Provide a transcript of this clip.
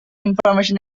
information